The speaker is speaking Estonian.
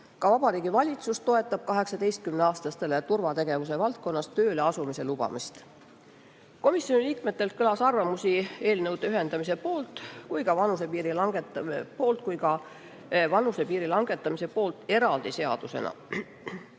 Ka Vabariigi Valitsus toetab 18-aastastele turvategevuse valdkonnas tööle asumise lubamist. Komisjoni liikmetelt kõlas arvamusi nii eelnõude ühendamise poolt kui ka vanusepiiri langetamise poolt eraldi seadusena.